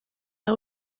las